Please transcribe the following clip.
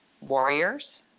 warriors